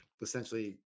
essentially